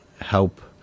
help